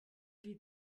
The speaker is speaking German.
die